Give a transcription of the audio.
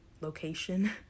location